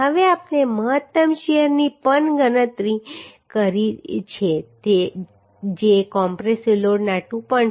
હવે આપણે મહત્તમ શીયરની પણ ગણતરી કરી છે જે કોમ્પ્રેસિવ લોડના 2